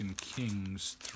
Kings